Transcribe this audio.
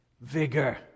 vigor